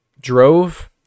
drove